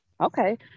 okay